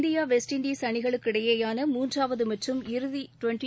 India West Indies அணிகளுக்கிடையிலான மூன்றாவது மற்றும் இறுதி டுவெண்ட்டி